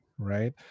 right